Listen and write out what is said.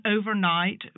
overnight